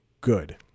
good